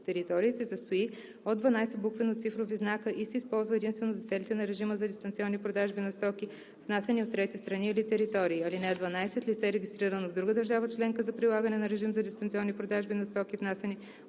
територии, се състои от 12 буквено-цифрови знака и се използва единствено за целите на режима за дистанционни продажби на стоки, внасяни от трети страни или територии. (12) Лице, регистрирано в друга държава членка за прилагане на режим за дистанционни продажби на стоки, внасяни